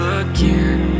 again